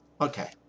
okay